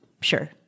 sure